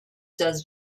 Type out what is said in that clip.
does